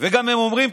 וגם הם אומרים,